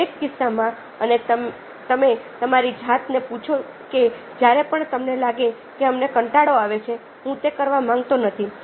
અને દરેક કિસ્સામાં અને તમે તમારી જાતને પૂછો કે જ્યારે પણ તમને લાગે કે અમને કંટાળો આવે છે હું તે કરવા માંગતો નથી